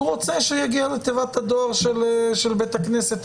הוא רוצה שהדואר יגיע לתיבת הדואר של בית הכנסת.